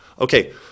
Okay